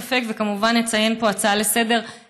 וכמובן, נציין זאת פה בהצעה לסדר-היום.